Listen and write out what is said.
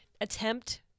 attempt